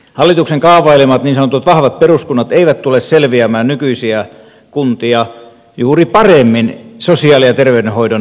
hallituksen kaavailemat niin sanotut vahvat peruskunnat eivät tule selviämään nykyisiä kuntia juuri paremmin sosiaali ja terveydenhoidon kokonaisuudesta